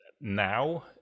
now